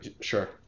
Sure